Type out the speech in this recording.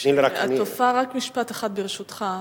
רק משפט אחד, ברשותך.